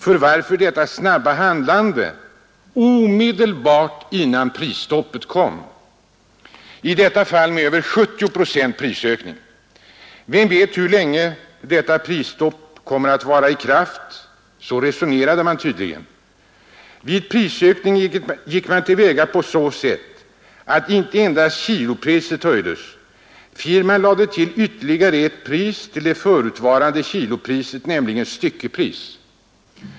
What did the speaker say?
För varför detta snabba handlande omedelbart innan prisstoppet kom — i detta fall över 75 procents prisökning? ”Vem vet hur länge detta prisstopp kommer att vara i kraft? ”— så resonerade man tydligen. Vid prisökningen gick man till väga på så sätt att man inte endast höjde kilopriset, utan firman lade ytterligare ett pris till det förutvarande kilopriset, nämligen styckepris.